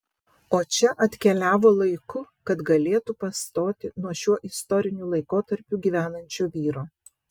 o čia atkeliavo laiku kad galėtų pastoti nuo šiuo istoriniu laikotarpiu gyvenančio vyro